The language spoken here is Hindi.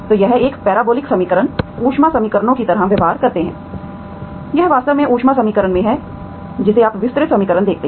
तो ये पैराबोलिक समीकरण ऊष्मा समीकरणों की तरह व्यवहार करते हैं यह वास्तव में ऊष्मा समीकरण में है जिसे आप विसरित समीकरण कहते हैं